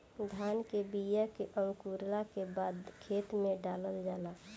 धान के बिया के अंकुरला के बादे खेत में डालल जाला